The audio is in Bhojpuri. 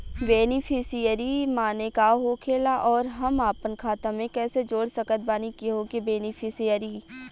बेनीफिसियरी माने का होखेला और हम आपन खाता मे कैसे जोड़ सकत बानी केहु के बेनीफिसियरी?